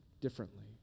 differently